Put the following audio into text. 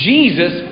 Jesus